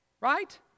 right